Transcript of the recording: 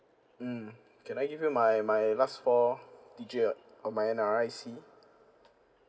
mm can I give you my my last four digit of my N_R_I_C